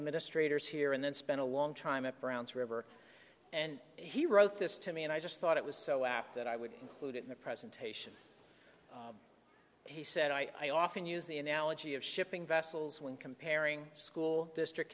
administrators here and then spent a long time at browns river and he wrote this to me and i just thought it was so apt that i would include it in the presentation he said i often use the analogy of shipping vessels when comparing school district